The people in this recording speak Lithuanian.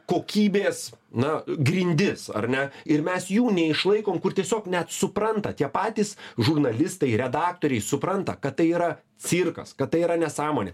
kokybės na grindis ar ne ir mes jų neišlaikom kur tiesiog net supranta tie patys žurnalistai redaktoriai supranta kad tai yra cirkas kad tai yra nesąmonė